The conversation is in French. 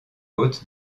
haute